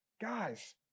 guys